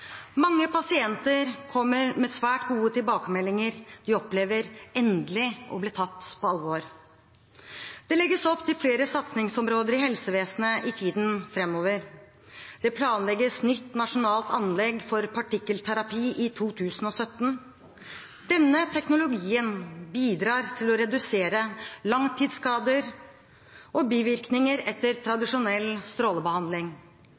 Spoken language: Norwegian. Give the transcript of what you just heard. Mange pasienter kommer med svært gode tilbakemeldinger. De opplever endelig å bli tatt på alvor. Det legges opp til flere satsingsområder i helsevesenet i tiden fremover. Det planlegges nytt, nasjonalt anlegg for partikkelterapi i 2017. Denne teknologien bidrar til å redusere langtidsskader og bivirkninger etter tradisjonell strålebehandling.